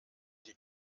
die